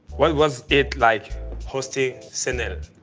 what was it like hosting sen-el?